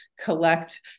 collect